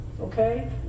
okay